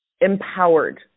empowered